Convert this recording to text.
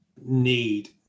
need